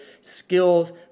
skills